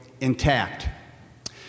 intact